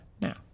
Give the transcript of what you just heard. Now